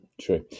True